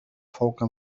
فوق